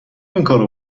اینکارو